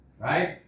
right